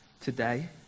today